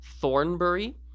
Thornbury